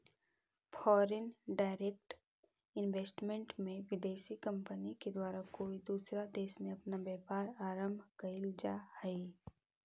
foreign direct investment में विदेशी company के द्वारा कोई दूसरा देश में अपना व्यापार आरंभ कईल जा हई